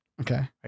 Okay